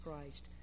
Christ